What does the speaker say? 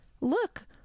Look